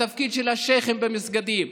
התפקיד של השייח'ים במסגדים,